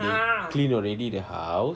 and clean already the house